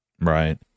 Right